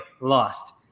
lost